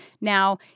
Now